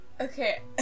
Okay